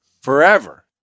forever